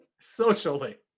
socially